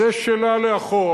זו שאלה לאחור,